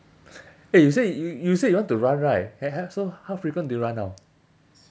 eh you say y~ you want to run right h~ so how frequent do you run now